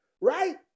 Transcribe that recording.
Right